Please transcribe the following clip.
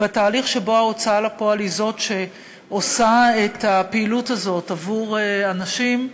בתהליך שבו ההוצאה לפועל היא שעושה את הפעילות הזאת עבור אנשים,